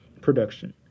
production